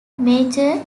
major